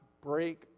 break